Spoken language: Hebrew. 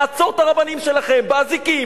נעצור את הרבנים שלכם באזיקים,